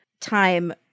time